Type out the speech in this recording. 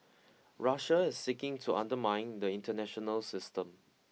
Russia is seeking to undermine the international system